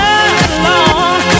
alone